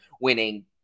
winning